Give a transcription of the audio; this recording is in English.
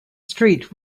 street